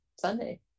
Sunday